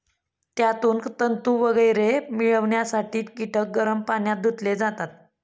त्यातून तंतू वगैरे मिळवण्यासाठी कीटक गरम पाण्यात धुतले जातात